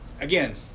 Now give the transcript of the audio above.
Again